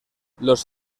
los